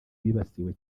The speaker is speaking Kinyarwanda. bibasiwe